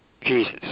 Jesus